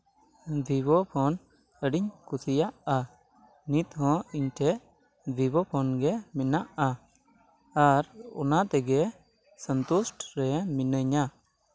ᱵᱷᱤᱵᱳ phone ᱟᱹᱰᱤᱧ ᱠᱩᱥᱤᱭᱟᱜᱼᱟ ᱱᱤᱛ ᱦᱚᱸ ᱤᱧ ᱴᱷᱮᱡᱽ ᱵᱷᱤᱵᱳ ᱯᱷᱳᱱ ᱜᱮ ᱢᱮᱱᱟᱜᱼᱟ ᱟᱨ ᱚᱱᱟ ᱛᱮᱜᱮ ᱥᱚᱱᱛᱩᱥᱴ ᱨᱮ ᱢᱤᱱᱟᱹᱧᱟ